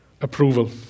approval